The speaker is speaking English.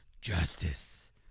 Justice